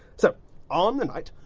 so on the night,